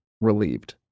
relieved